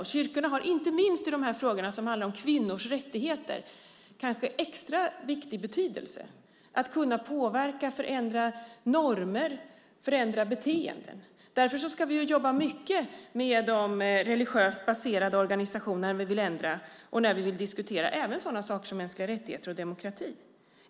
Och kyrkorna har inte minst i de frågor som handlar om kvinnors rättigheter extra viktig betydelse när det gäller att kunna påverka, förändra normer, förändra beteenden. Därför ska vi jobba mycket med de religiöst baserade organisationerna när vi vill göra förändringar och när vi vill diskutera även sådana saker som mänskliga rättigheter och demokrati.